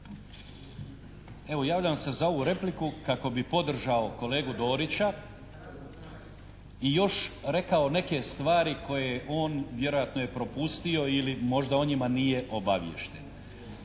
Evo, javljam se za ovu repliku kako bi podržao kolegu Dorića i još rekao neke stvari koje on vjerojatno je propustio ili možda o njima nije obaviješten.